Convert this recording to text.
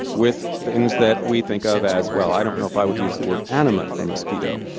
with things that we think of as well, i don't know if i would use the word animate for a mosquito,